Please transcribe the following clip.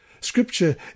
Scripture